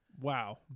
Wow